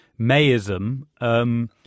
mayism